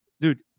dude